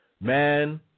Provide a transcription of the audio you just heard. Man